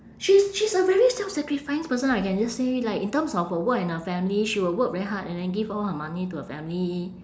she's she's a very self-sacrificing person I can just say like in terms of her work and her family she will work very hard and then give all her money to her family